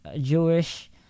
Jewish